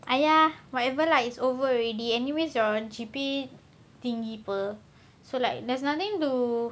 !aiya! whatever lah it's over already anyways your G_P_A tinggi [pe] so like there's nothing to